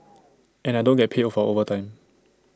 and I don't get paid for overtime